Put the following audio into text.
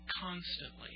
constantly